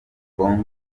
kongo